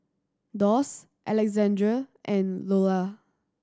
Doss Alexandre and Lulla